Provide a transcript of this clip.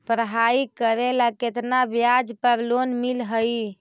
पढाई करेला केतना ब्याज पर लोन मिल हइ?